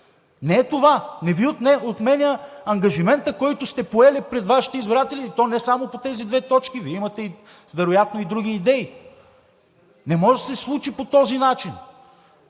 Не е това. Не Ви отменя ангажимента, който сте поели пред Вашите избиратели, и то не само по тези две точки. Вие имате вероятно и други идеи. Не може да се случи по този начин.